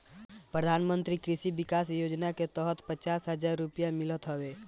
प्रधानमंत्री कृषि विकास योजना के तहत पचास हजार रुपिया मिलत हवे